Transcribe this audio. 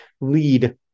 lead